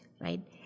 right